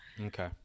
Okay